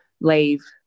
leave